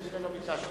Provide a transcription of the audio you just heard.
כנראה לא ביקשת.